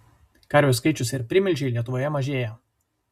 karvių skaičius ir primilžiai lietuvoje mažėja